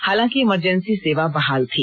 हालांकि इमरजेंसी सेवा बहाल थी